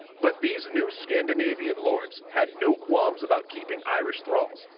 but these new scandinavian lords had no qualms about keeping irish thralls,